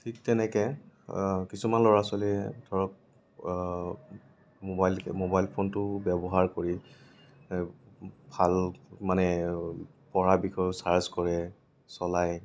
ঠিক তেনেকৈ কিছুমান ল'ৰা ছোৱালীয়ে ধৰক মোবাইল মোবাইল ফোনটো ব্যৱহাৰ কৰি ভাল মানে পঢ়া বিষয়ে চাৰ্ছ কৰে চলাই